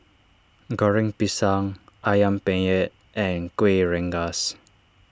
Goreng Pisang Ayam Penyet and Kueh Rengas